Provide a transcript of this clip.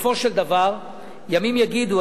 בסופו של דבר ימים יגידו,